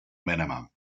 minimum